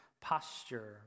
posture